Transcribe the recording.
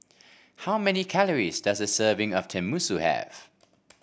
how many calories does a serving of Tenmusu have